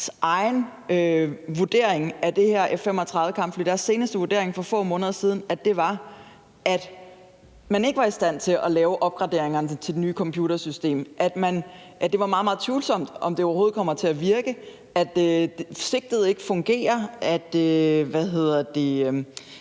egen vurdering af det her F-35-kampfly. Deres seneste vurdering for få måneder siden var, at man ikke var i stand til at lave opgraderingerne til det nye computersystem; at det var meget, meget tvivlsomt, om det overhovedet kommer til at virke; at sigtet ikke fungerer; at man er